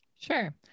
Sure